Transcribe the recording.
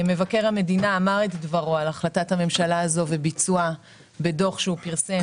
מבקר המדינה אמר את דברו על החלטת הממשלה הזו בדוח שהוא פרסם